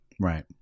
right